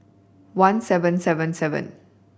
one seven seven seven